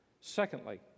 secondly